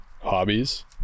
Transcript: hobbies